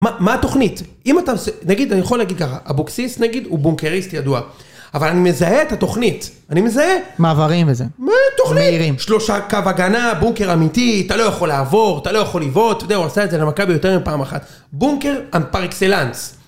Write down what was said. מה התוכנית, אם אתה, נגיד אני יכול להגיד ככה, אבוקסיס נגיד הוא בונקריסט ידוע, אבל אני מזהה את התוכנית, אני מזהה... מעברים וזה. מה תוכנית? שלושה קו הגנה, בונקר אמיתי, אתה לא יכול לעבור, אתה לא יכול לבעוט, אתה יודע, הוא עשה את זה למכבי יותר מפעם אחת. בונקר על פר-אקסלנס.